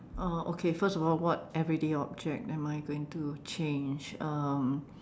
uh okay first of all what everyday object am I going to change um